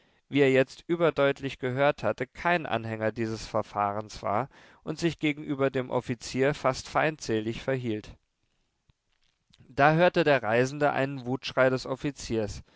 wie er jetzt überdeutlich gehört hatte kein anhänger dieses verfahrens war und sich gegenüber dem offizier fast feindselig verhielt da hörte der reisende einen wutschrei des offiziers